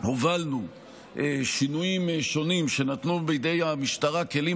הובלנו שינויים שונים שנתנו בידי המשטרה כלים